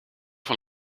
van